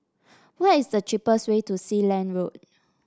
what is the cheapest way to Sealand Road